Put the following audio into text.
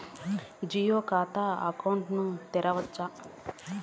Zero ఖాతా తో account ను తెరవచ్చా?